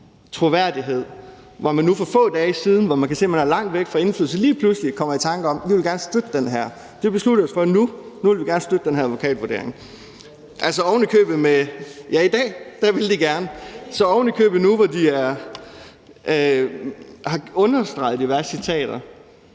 troværdighed, hvor man nu for få dage siden, da man kunnne se, at man er langt væk fra indflydelse, lige pludselig kommer i tanke om, at man gerne vil støtte det her og siger: Det beslutter vi os for nu; nu vil vi gerne støtte den her advokatvurdering. Ja, i dag vil de gerne – ovenikøbet nu, hvor de med diverse citater